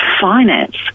finance